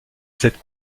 cette